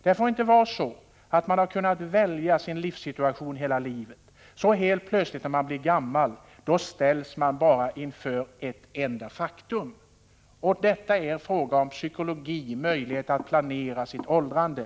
Det får inte vara så att man när man blir gammal, efter att tidigare i livet ha kunnat välja sin livssituation, helt plötsligt ställs inför en enda möjlighet. Det är här fråga om psykologi, om möjligheter att planera sitt åldrande.